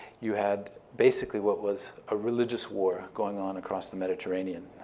you had basically what was a religious war going on across the mediterranean.